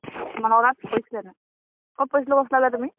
তোমালোকৰ গাঁৱত কৰিছিলেনে ক'ত পৰিছিলো কৈছিলা যে তুমি